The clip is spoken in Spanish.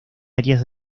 área